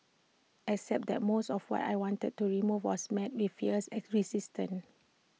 except that most of what I wanted to remove was met with fierce at resistance